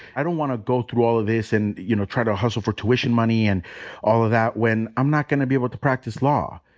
i don't wanna go through all of this and, you know, try to hustle for tuition money and all of that when i'm not gonna be able to practice law.